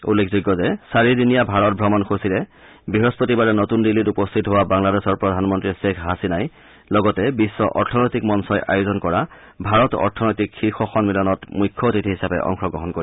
উল্লেখ যোগ্য যে চাৰিদিনীয়া ভাৰত ভ্ৰমণ সূচীৰে বৃহস্পতিবাৰে নতুন দিল্লীত উপস্থিত হোৱা বাংলাদেশৰ প্ৰধানমন্ত্ৰী শ্বেখ হাছিনাই লগতে বিশ্ব অৰ্থনৈতিক মঞ্চই আয়োজন কৰা ভাৰত অৰ্থনৈতিক শীৰ্ষ সন্মিলনত মুখ্য অতিথি হিচাপে অংশগ্ৰহণ কৰিব